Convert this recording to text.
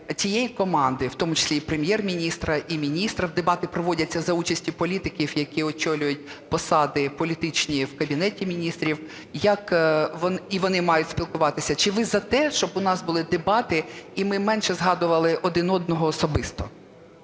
тієї команди, в тому числі і Прем'єр-міністра, і міністрів, дебати проводяться за участю політиків, які очолюють посади політичні в Кабінеті Міністрів, і вони мають спілкуватися. Чи ви за те, щоб у нас були дебати і ми менше згадували один одного особисто?